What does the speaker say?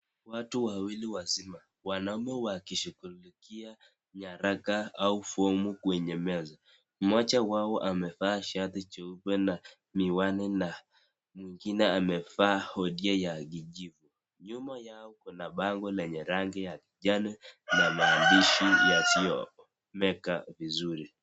Watu wawili wazima wanaume wakishugulikia nyaraka au fomu kwenye meza, moja wao amevaa shati jeupe na miwani na mwingine amevaa hodia ya gijio nyuma yao kuna bango lenye rangi ya kijani na maandishi yasiyoonekana vizuri.